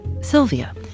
Silvia